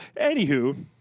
Anywho